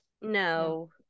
no